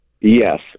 Yes